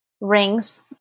rings